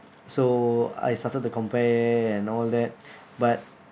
so I started to compare and all that but